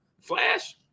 flash